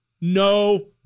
no